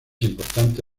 importante